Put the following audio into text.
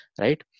right